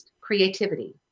creativity